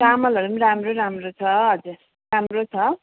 चामलहरू पनि राम्रो राम्रो छ हजुर राम्रो छ